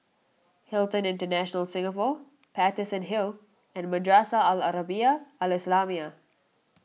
Hilton International Singapore Paterson Hill and Madrasah Al Arabiah Al Islamiah